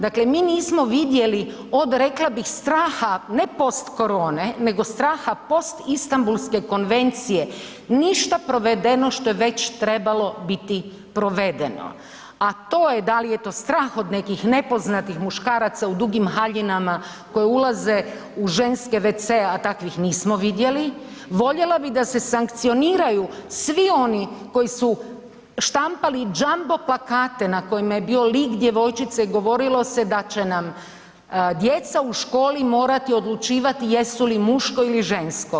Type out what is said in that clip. Dakle, mi nismo vidjeli od rekla bih straha ne postkorone nego straha postistambulske konvencije, ništa provedeno što je već trebalo biti provedeno, a to je da li je to strah od nekih nepoznatih muškaraca u dugim haljinama koji ulaze u ženske wc-e, a takvih nismo vidjeli, voljela bih da se sankcioniraju svi oni koji su štampali džambo plakate na kojima je bio lik djevojčice, govorilo se da će nam djeca u školi morati odlučivati jesu li muško ili žensko.